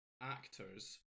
actors